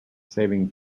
saving